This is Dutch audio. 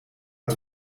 het